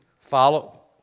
Follow